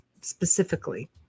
specifically